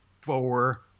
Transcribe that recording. four